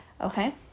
Okay